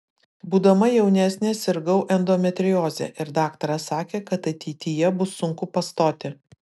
būdama jaunesnė sirgau endometrioze ir daktaras sakė kad ateityje bus sunku pastoti